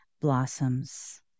blossoms